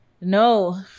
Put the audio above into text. No